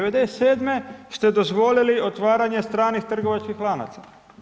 1997. ste dozvolili otvaranje stranih trgovačkih lanaca.